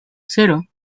cero